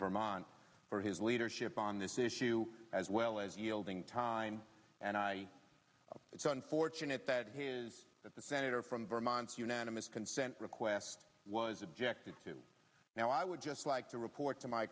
vermont for his leadership on this issue as well as yielding time and i it's unfortunate that his that the senator from vermont a unanimous consent request was objected to now i would just like to report to my